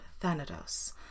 Thanatos